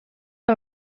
que